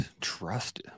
trust